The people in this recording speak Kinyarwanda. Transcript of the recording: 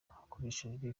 hakoreshejwe